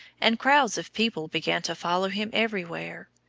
and crowds of people began to follow him everywhere.